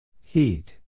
Heat